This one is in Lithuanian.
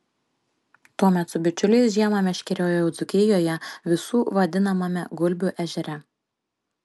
tuomet su bičiuliais žiemą meškeriojau dzūkijoje visų vadinamame gulbių ežere